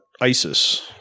ISIS